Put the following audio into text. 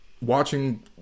watching